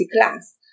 class